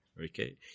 okay